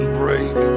break